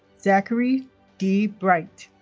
zakary d. brite